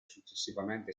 successivamente